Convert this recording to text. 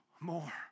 more